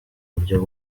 buryo